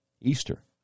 Easter